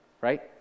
Right